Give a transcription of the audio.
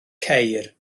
ceir